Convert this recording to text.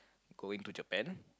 going to Japan